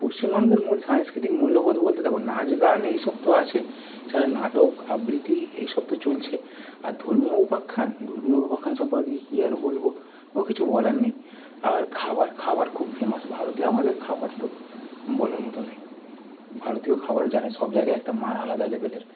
পশ্চিমবঙ্গের মূল সাংস্কৃতিক মূল্যবোধ বলতে দেখো নাচ গান এইসব তো আছেই এছাড়া নাটক আবৃত্তি এইসব তো চলছে আর ধর্মীয় উপাখ্যান ধর্মীয় উপাখ্যান সম্পর্কে কি আর বলবো ও কিছু বলার নেই আর খাবার খাবার খুব ফেমাস ভারতে আমাদের খাবার তো বলার মতো নেই ভারতীয় খাবার জানি সব জায়গায় একটা মান আলাদা লেবেলের